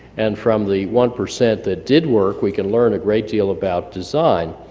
and from the one percent that did work we can learn a great deal about design.